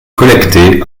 collectées